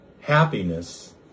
Happiness